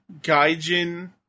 Gaijin